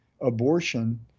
abortion